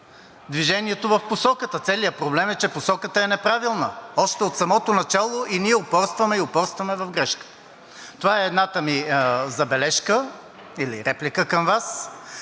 движението в посоката. Целият проблем е, че посоката е неправилна още от самото начало и ние упорстваме и упорстваме в грешката. Това е едната ми забележка или реплика към Вас,